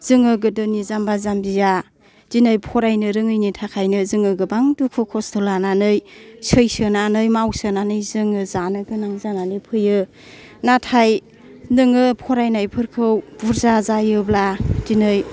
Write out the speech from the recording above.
जोङो गोदोनि जाम्बा जाम्बिया दिनै फरायनो रोङैनि थाखायनो जोङो गोबां दुखु खस्थ' लानानै सैसोनानै मावसोनानै जोङो जानो गोनां जानानै फैयो नाथाय नोङो फरायनायफोरखौ बुरजा जायोब्ला दिनै